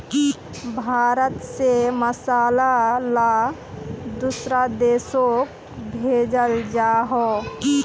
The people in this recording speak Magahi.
भारत से मसाला ला दुसरा देशोक भेजल जहा